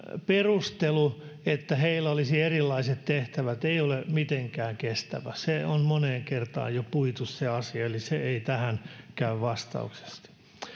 perustelu että niillä olisi erilaiset tehtävät ei ole mitenkään kestävä se asia on moneen kertaan jo puitu eli se ei tähän käy vastaukseksi